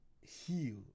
heal